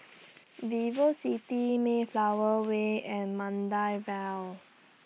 Vivocity Mayflower Way and Maida Vale